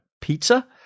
Pizza